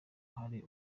ahari